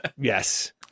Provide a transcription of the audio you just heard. Yes